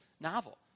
novel